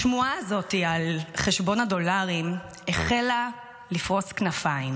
השמועה הזאת על חשבון הדולרים החלה לפרוס כנפיים